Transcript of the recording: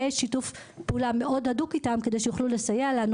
יש לנו שיתוף פעולה מאוד מאוד הדוק שיכולו לסייע לנו